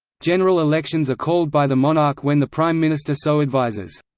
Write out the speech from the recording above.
general elections are called by the monarch when the prime minister so advises.